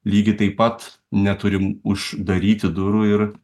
lygiai taip pat neturim uždaryti durų ir